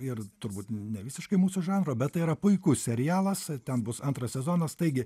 ir turbūt ne visiškai mūsų žanro bet tai yra puikus serialas ten bus antras sezonas taigi